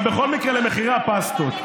אבל בכל מקרה, למחירי הפסטות: